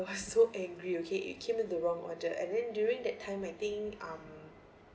I was so angry okay it came with the wrong order and then during that time I think um